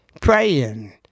Praying